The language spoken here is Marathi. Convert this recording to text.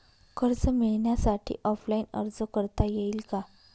कर्ज मिळण्यासाठी ऑफलाईन अर्ज करता येईल का?